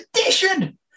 edition